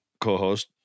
co-host